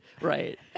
Right